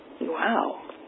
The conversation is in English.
Wow